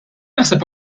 naħseb